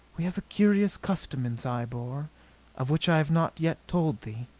we have a curious custom in zyobor of which i have not yet told thee,